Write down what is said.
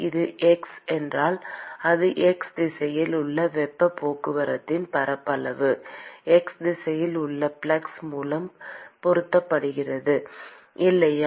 இது x என்றால் அது x திசையில் உள்ள வெப்பப் போக்குவரத்தின் பரப்பளவு x திசையில் உள்ள ஃப்ளக்ஸ் மூலம் பெருக்கப்படுகிறது இல்லையா